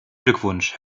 glückwunsch